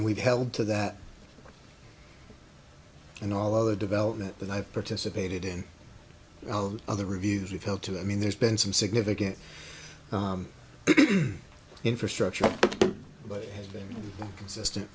and we've held to that and all other development that i've participated in other reviews you've helped to i mean there's been some significant infrastructure but it has been consistent